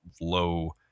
low